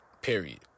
period